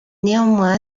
néanmoins